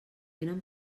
tenen